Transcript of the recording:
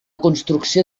construcció